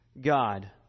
God